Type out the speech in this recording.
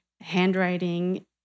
handwriting